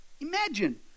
Imagine